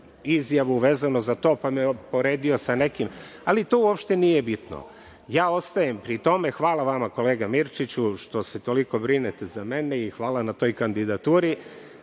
izjavu vezano za to pa me je uporedio sa nekim, ali to uopšte nije bitno. Ja, ostajem pri tome. Hvala vama kolega Mirčiću što se toliko brinete za mene i hvala na toj kandidaturi,